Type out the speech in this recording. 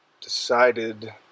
decided